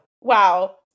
Wow